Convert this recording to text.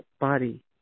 body